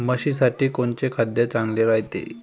म्हशीसाठी कोनचे खाद्य चांगलं रायते?